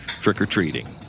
trick-or-treating